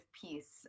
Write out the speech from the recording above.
piece